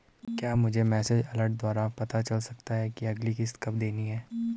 क्या मुझे message alert द्वारा पता चल सकता कि अगली किश्त कब देनी है?